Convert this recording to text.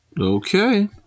Okay